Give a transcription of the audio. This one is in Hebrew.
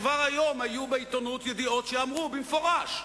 חבר הכנסת